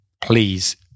Please